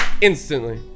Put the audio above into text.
instantly